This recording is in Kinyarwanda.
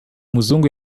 muzungu